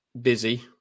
Busy